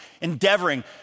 endeavoring